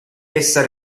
essa